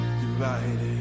divided